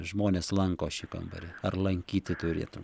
žmonės lanko šį kambarį ar lankyti turėtų